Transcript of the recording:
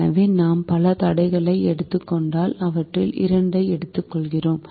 எனவே நாம் பல தடைகளை எடுத்துக் கொண்டால் அவற்றில் இரண்டை எடுத்துக்கொள்கிறோம்